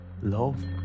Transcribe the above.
Love